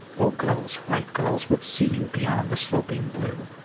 o gulls, white gulls, what see you beyond the sloping blue?